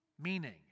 meaning